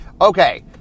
Okay